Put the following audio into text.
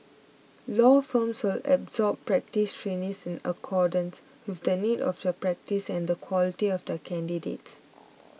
law firms will absorb practice trainees in accordance with the needs of their practice and the quality of the candidates